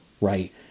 right